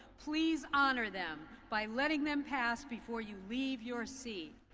please honor them by letting them pass before you leave your seat.